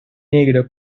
negro